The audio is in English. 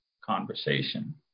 conversation